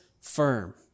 firm